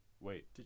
Wait